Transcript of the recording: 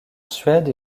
suède